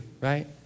right